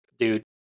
Dude